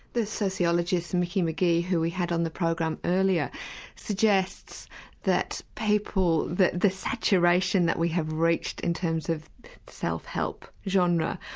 the sociologist and micki mcgee who we had on the program earlier suggests that people, the saturation that we have reached in terms of self help genre